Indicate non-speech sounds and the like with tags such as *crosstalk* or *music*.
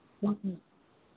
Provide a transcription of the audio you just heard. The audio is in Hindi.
*unintelligible*